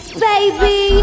baby